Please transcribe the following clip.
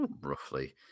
roughly